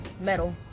metal